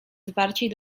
zwarciej